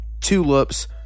tulips